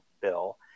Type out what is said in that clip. bill